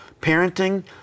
parenting